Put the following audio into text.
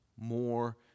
more